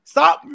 Stop